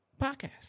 podcast